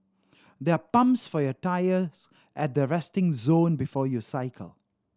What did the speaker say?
there are pumps for your tyres at the resting zone before you cycle